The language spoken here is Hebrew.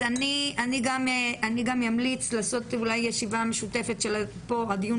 אני גם אמליץ לעשות אולי ישיבה משותפת בדיון